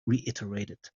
reiterated